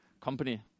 company